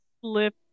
slip